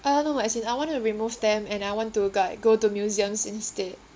uh no no as in I want to remove them and I want to g~ like go to museums instead